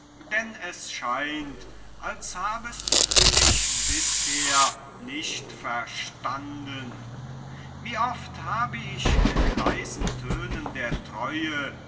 denn es scheint als habest du mich bisher nicht verstanden wie oft habe ich mit leisen tönen der treue